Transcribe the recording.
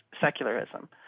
secularism